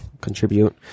contribute